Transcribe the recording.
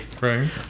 Right